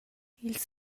ils